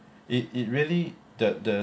it it really the the